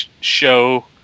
show